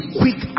quick